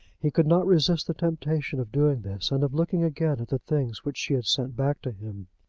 he could not resist the temptation of doing this, and of looking again at the things which she had sent back to him.